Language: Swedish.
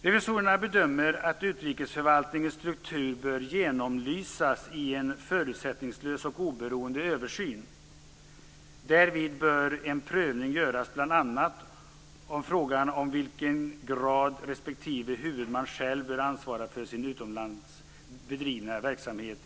Revisorerna bedömer att utrikesförvaltningens struktur bör genomlysas i en förutsättningslös och oberoende översyn. Därvid bör en prövning göras bl.a. av frågan om i vilken grad respektive huvudman själv bör ansvara för sin utomlands bedrivna verksamhet.